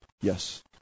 Yes